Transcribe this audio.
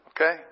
Okay